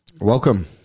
welcome